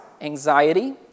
anxiety